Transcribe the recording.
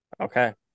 Okay